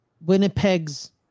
winnipeg's